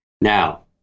Now